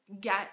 get